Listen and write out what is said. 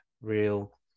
real